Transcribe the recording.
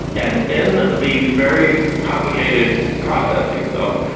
and in these very complicated processes though,